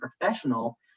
professional